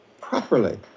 Properly